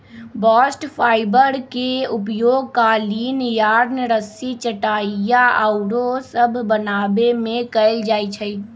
bast fibre के उपयोग कालीन, यार्न, रस्सी, चटाइया आउरो सभ बनाबे में कएल जाइ छइ